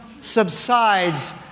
subsides